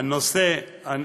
אני רוצה להוסיף משהו.